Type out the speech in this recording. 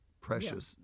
precious